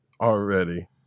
already